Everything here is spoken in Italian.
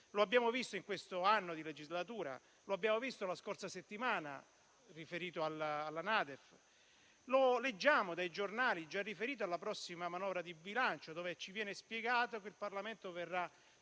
Lo abbiamo visto in questo anno di legislatura, lo abbiamo visto la scorsa settimana, riferito alla NADEF, e lo leggiamo dai giornali, già riferito alla prossima manovra di bilancio, dove ci viene spiegato che il Parlamento verrà